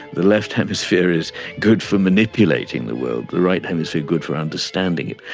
the left hemisphere is good for manipulating the world, the right hemisphere good for understanding it.